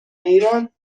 ایران